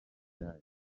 imidali